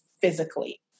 physically